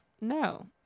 no